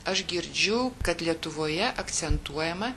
aš girdžiu kad lietuvoje akcentuojama